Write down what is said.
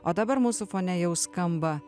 o dabar mūsų fone jau skamba